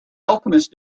alchemist